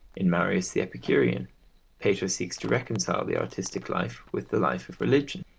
in marius the epicurean pater seeks to reconcile the artistic life with the life of religion,